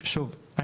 שוב,